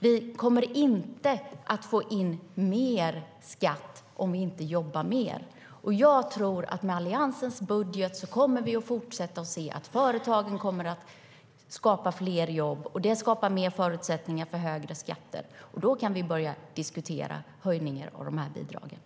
Vi kommer inte att få in mer skatt om vi inte jobbar mer.